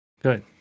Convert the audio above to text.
Good